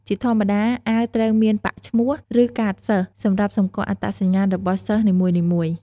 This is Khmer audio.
ជាធម្មតា អាវត្រូវមានប៉ាកឈ្មោះ ឬកាតសិស្សសម្រាប់សម្គាល់អត្តសញ្ញាណរបស់សិស្សនីមួយៗ